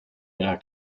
ihrer